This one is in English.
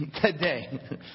today